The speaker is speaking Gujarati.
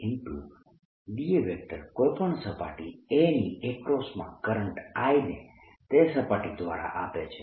da કોઈ પણ સપાટી a ની એક્રોસ માં કરંટ I ને તે સપાટી દ્વારા આપે છે